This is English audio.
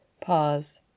pause